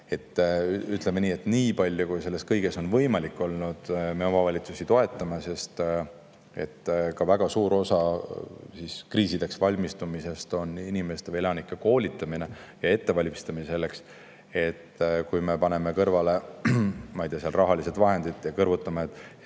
Ütleme nii, et nii palju kui on võimalik olnud, me omavalitsusi toetame, sest ka väga suur osa kriisideks valmistumisest on elanike koolitamine ja ettevalmistamine selleks. Kui me paneme siia kõrvale, ma ei tea, rahalised vahendid, kõrvutame,